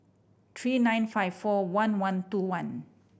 three nine five four one one two one